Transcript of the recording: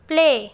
play